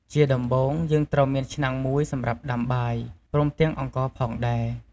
ជាដំបូង យើងត្រូវមានឆ្នាំងមួយសម្រាប់ដាំបាយ ព្រមទាំងអង្ករផងដែរ។